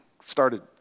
started